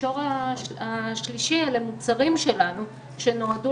המישור השלישי הוא מוצרים שלנו שנועדו